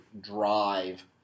drive